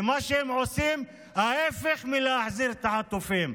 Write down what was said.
ומה שהם עושים הוא ההפך מלהחזיר את החטופים.